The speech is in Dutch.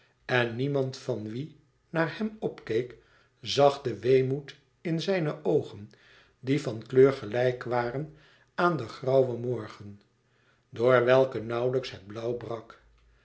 en niemand van wie naar hem p keek zag den weemoed in zijne oogen die van kleur gelijk waren aan den grauwen morgen door welken nauwlijks het blauw brak